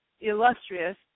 illustrious